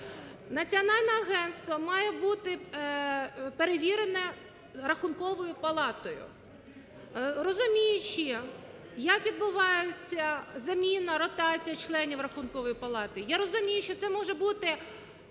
Національне агентство має бути перевірене Рахунковою палатою, розуміючи, як відбуваються заміна, ротація членів Рахункової палати?